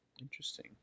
Interesting